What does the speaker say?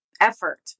effort